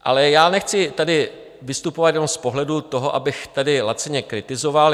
Ale nechci tady vystupovat jenom z pohledu toho, abych tady lacině kritizoval.